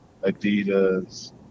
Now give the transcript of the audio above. Adidas